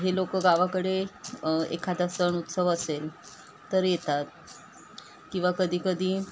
हे लोक गावाकडे एखादा सण उत्सव असेल तर येतात किंवा कधीकधी